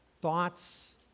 thoughts